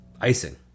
Icing